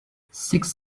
six